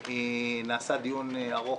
נערך פה דיון ארוך,